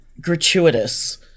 gratuitous